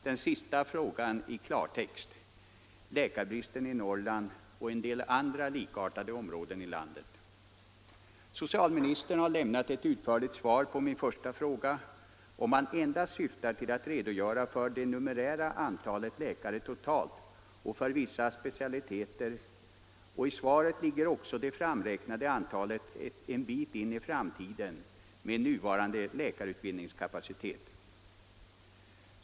Den sista frågan i klartext: Hur skall man komma till rätta med läkarbristen i Norrland och en del andra likartade områden i landet? Socialministern har lämnat ett utförligt svar på min första fråga, om man endast syftar till att redogöra för det numerära antalet läkare totalt och för vissa specialiteter. I svaret ligger också det framräknade antalet en bit in i framtiden med nuvarande läkarutbildningskapacitet.